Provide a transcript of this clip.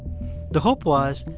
the hope was,